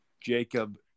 Jacob